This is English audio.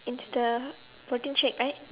it's the protein shake right